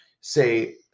say